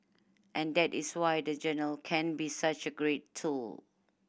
and that is why the journal can be such a great tool